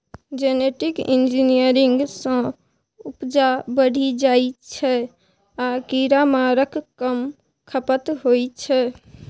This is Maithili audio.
जेनेटिक इंजीनियरिंग सँ उपजा बढ़ि जाइ छै आ कीरामारक कम खपत होइ छै